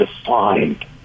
defined